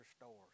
stores